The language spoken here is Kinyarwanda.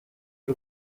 y’u